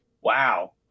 wow